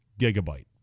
gigabyte